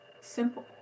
simple